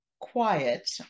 quiet